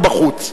הוא בחוץ.